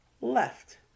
left